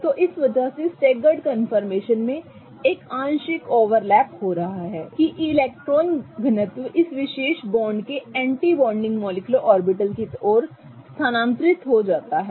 तो इस वजह से स्टेगर्ड कंफर्मेशन में एक आंशिक ओवरलैप हो रहा है कि इलेक्ट्रॉन घनत्व इस विशेष बॉन्ड के एंटी बॉन्डिंग मॉलिक्युलर ऑर्बिटल की ओर स्थानांतरित हो जाता है